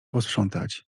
posprzątać